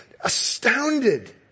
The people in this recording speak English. astounded